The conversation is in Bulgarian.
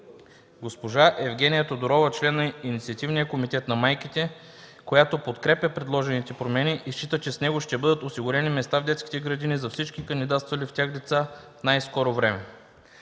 Госпожа Евгения Тодорова – член на Инициативния комитет на майките, която подкрепя предложените промени и счита, че с него ще бъдат осигурени места в детските градини за всички кандидатствали в тях деца в най-скоро време.